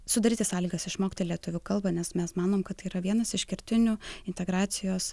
sudaryti sąlygas išmokti lietuvių kalbą nes mes manom kad tai yra vienas iš kertinių integracijos